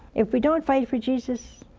if we don't fight for jesus,